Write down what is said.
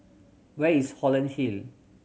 where is Holland Hill